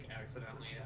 accidentally